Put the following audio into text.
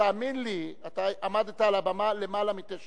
טיבי עצרת את השעון.